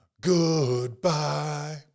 Goodbye